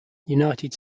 united